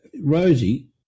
Rosie